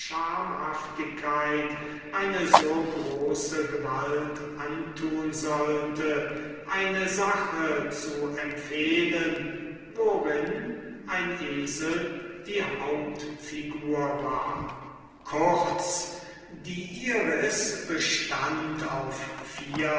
schamhaftigkeit eine so große gewalt antun sollte eine sache zu empfehlen worin ein esel die hauptfigur war kurz die iris bestand auf